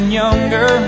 younger